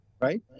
right